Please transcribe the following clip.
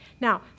Now